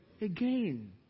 Again